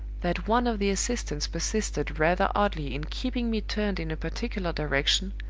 that one of the assistants persisted rather oddly in keeping me turned in a particular direction,